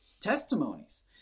testimonies